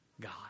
God